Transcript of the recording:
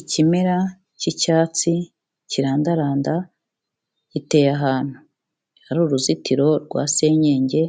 Ikimera cy'icyatsi, kirandaranda, giteye ahantu hari uruzitiro rwa senyege,